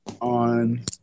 on